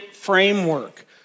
framework